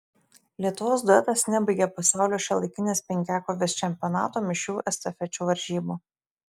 lietuvos duetas nebaigė pasaulio šiuolaikinės penkiakovės čempionato mišrių estafečių varžybų